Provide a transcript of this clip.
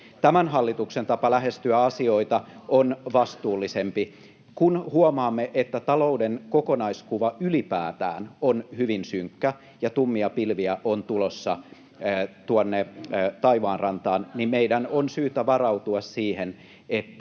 Tämän hallituksen tapa lähestyä asioita on vastuullisempi. Kun huomaamme, että talouden kokonaiskuva ylipäätään on hyvin synkkä ja tummia pilviä on tulossa taivaanrantaan, niin meidän on syytä varautua siihen, että